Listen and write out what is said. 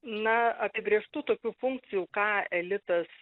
na apibrėžtų tokių funkcijų ką elitas